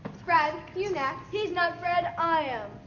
fred, you next. he's not fred, i am.